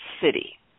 city